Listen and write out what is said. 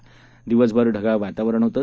तसंच दिवसभर ढगाळ वातावरण होतं